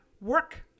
work